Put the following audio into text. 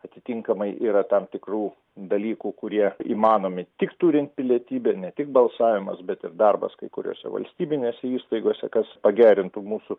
atitinkamai yra tam tikrų dalykų kurie įmanomi tik turint pilietybę ne tik balsavimas bet ir darbas kai kuriose valstybinėse įstaigose kas pagerintų mūsų